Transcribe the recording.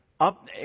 Up